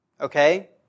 Okay